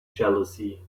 jealousy